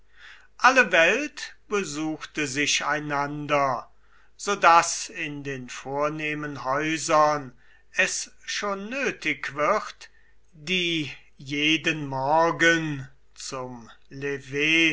alle welt besuchte sich einander so daß in den vornehmen häusern es schon nötig wird die jeden morgen zum lever